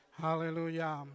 Hallelujah